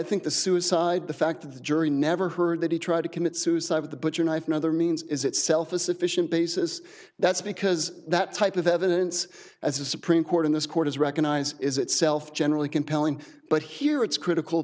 think the suicide the fact that the jury never heard that he tried to commit suicide at the butcher knife and other means is itself a sufficient basis that's because that type of evidence as the supreme court in this court has recognized is itself generally compelling but here it's critical